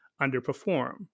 underperform